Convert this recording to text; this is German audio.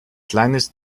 kleines